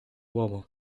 uomo